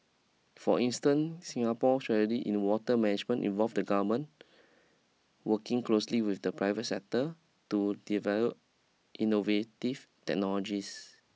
for instance Singapore strategy in water management involve the government working closely with the private sector to develop innovative technologies